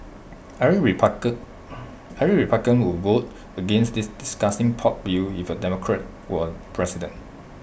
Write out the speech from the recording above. every every republican would vote against this disgusting pork bill if A Democrat were president